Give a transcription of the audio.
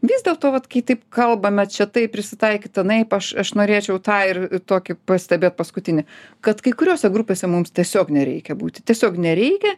vis dėlto vat kai taip kalbame čia taip prisitaikyt anaip aš aš norėčiau tą ir tokį pastebėt paskutinį kad kai kuriose grupėse mums tiesiog nereikia būti tiesiog nereikia